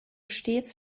stets